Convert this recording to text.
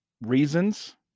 reasons